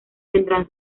tendrán